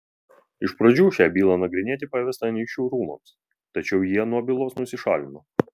iš pradžių šią bylą nagrinėti pavesta anykščių rūmams tačiau jie nuo bylos nusišalino